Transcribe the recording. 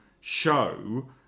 show